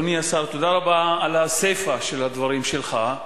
אדוני השר, תודה רבה על הסיפא של הדברים שלך,